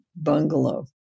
bungalow